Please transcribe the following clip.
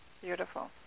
Beautiful